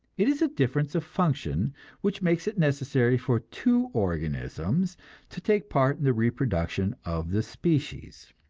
it is a difference of function which makes it necessary for two organisms to take part in the reproduction of the species.